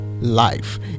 life